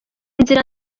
inzira